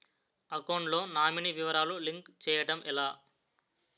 Account లో nominee వివరాలు link చేయటం ఎలా?